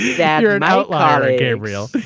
yeah you're an outlier, gabriel.